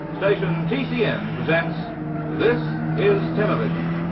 station tcn presents this is television.